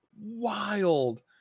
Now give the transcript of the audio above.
wild